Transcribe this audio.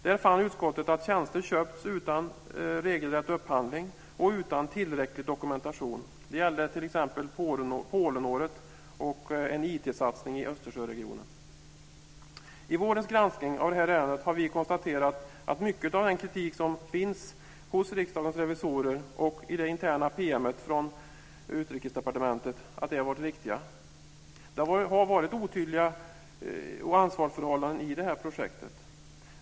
Där fann utskottet att tjänster köpts utan regelrätt upphandling och utan tillräcklig dokumentation. Det gällde t.ex. Polenåret och en IT I vårens granskning av det här ärendet har vi konstaterat att mycket av den kritik som finns hos Riksdagens revisorer och i det interna PM:et från Utrikesdepartementet har varit riktig. Det har varit otydliga ansvarsförhållanden i projektet.